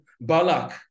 Balak